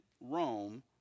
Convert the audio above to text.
Rome